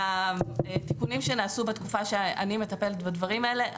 מהתיקונים שנעשו בתקופה שאני מטפלת בדברים האלה,